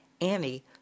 Annie